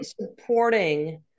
supporting